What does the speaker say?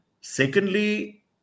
Secondly